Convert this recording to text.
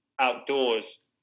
outdoors